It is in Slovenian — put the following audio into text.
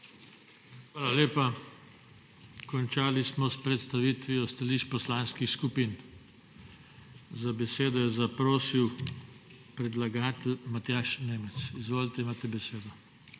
Hvala lepa. Končali smo s predstavitvijo stališč poslanskih skupin. Za besedo je zaprosil predlagatelj Matjaž Nemec. Izvolite, imate besedo.